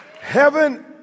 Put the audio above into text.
heaven